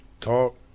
Talk